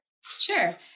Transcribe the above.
Sure